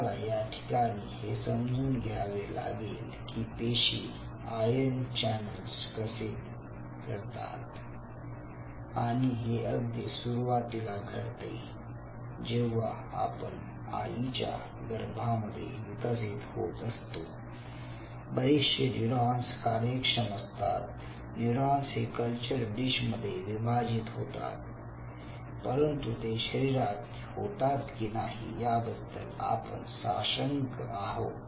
तुम्हाला या ठिकाणी हे समजून घ्यावे लागेल की पेशी आयन चॅनेल्स कसे करतात आणि हे अगदी सुरुवातीला घडते जेव्हा आपण आईच्या गर्भामध्ये विकसित होत असतो बरेचशे न्यूरॉन्स कार्यक्षम असतात न्यूरॉन्स हे कल्चर डिशमध्ये विभाजित होतात परंतु ते शरीरात होतात की नाही याबद्दल आपण साशंक आहोत